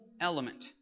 element